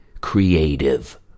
creative